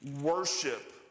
worship